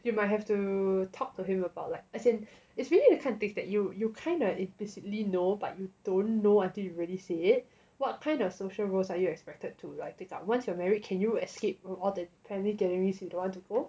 you might have to talk to him about like as in it's really this kind of things that you you kind of basically know but you don't know until you really say what kind of social roles are you expected to like take up once you're married can you escape all the family gatherings you don't want to go